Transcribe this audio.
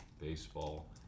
baseball